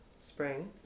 spring